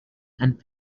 and